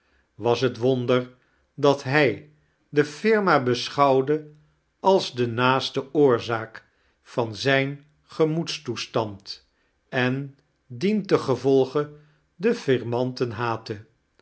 was het wonder dat hij de firma besehouwde als de naaste oorzaak van zijn gemoedstoestand en dientengevolde de firmanten haatte